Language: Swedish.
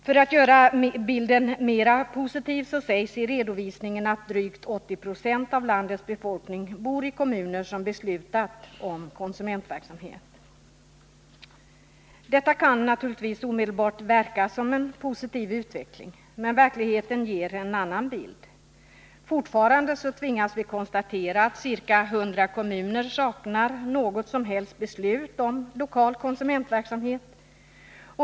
För att göra bilden mer positiv sägs i redovisningen att drygt 80 96 av landets befolkning bor i kommuner som har beslutat om konsumentverksamhet. Detta kan omedelbart verka som en positiv utveckling, men verkligheten ger en annan bild. Vi tvingas konstatera att fortfarande saknar ca 100 kommuner något som helst beslut om lokal konsumentverksamhet.